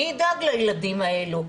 מי ידאג לילדים האלו?